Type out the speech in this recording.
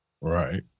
Right